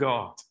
God